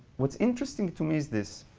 what's interesting to me is this.